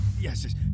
Yes